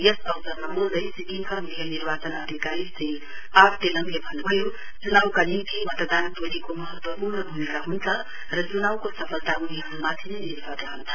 यस अवसरमा बोल्दै सिक्किमका मुख्य निर्वाचन अधिकारी श्री आर तेलाङले भन्नुभयो च्नाउका निम्ति मतदान टोलीको महत्वपूर्ण भूमिका हुन्छ र च्नाउको सफलता उनीहरूमाथि नै निर्भर रहन्छ